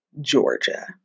Georgia